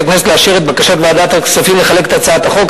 הכנסת לאשר את בקשת ועדת הכספים לחלק את הצעת החוק.